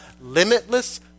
limitless